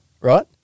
right